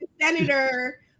senator